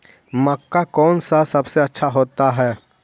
मक्का कौन सा सबसे अच्छा होता है?